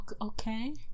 okay